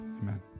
Amen